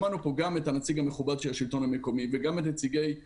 שמענו פה גם את הנציג המכובד של השלטון המקומי וגם את נציגי האוצר,